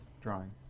Drawing